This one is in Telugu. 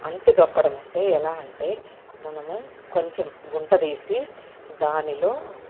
అంటు తొక్కడం అంటే ఎలా అంటే మనము కొంచెం గుంట తీసి దానిలో